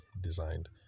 designed